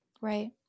Right